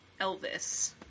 Elvis